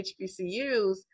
HBCUs